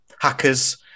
hackers